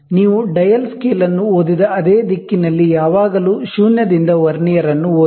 ನೀವು dial scale ಅನ್ನು ಓದಿದ ಅದೇ ದಿಕ್ಕಿನಲ್ಲಿ ಯಾವಾಗಲೂ ಶೂನ್ಯದಿಂದ ವರ್ನಿಯರ್ ಅನ್ನು ಓದಿ